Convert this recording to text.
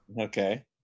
Okay